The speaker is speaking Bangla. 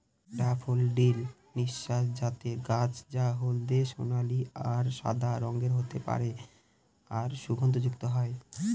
ড্যাফোডিল নার্সিসাস জাতের গাছ যা হলদে সোনালী আর সাদা রঙের হতে পারে আর সুগন্ধযুক্ত হয়